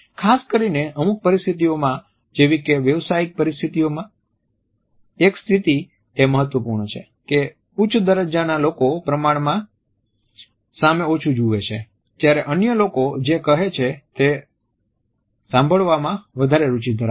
ખાસ કરીને અમુક પરિસ્થિતિઓમાં જેવી કે વ્યવસાયિક પરિસ્થિતિઓમાં એક સ્થિતિ એ મહત્વપૂર્ણ છે કે ઉચ્ચ દરજ્જાના લોકો પ્રમાણમાં સામે ઓછું જુએ છે જ્યારે અન્ય લોકો જે કહે છે તે સાંભળવામાં વધારે રુચિ ધરાવે છે